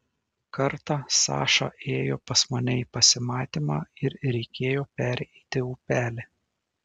kartą saša ėjo pas mane į pasimatymą ir reikėjo pereiti upelį